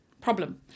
problem